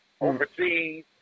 Overseas